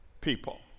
people